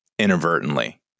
inadvertently